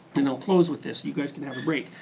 and i'll close with this. you guys can have a break.